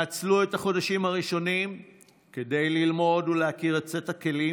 נצלו את החודשים הראשונים כדי ללמוד ולהכיר את סט הכלים